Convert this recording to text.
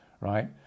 right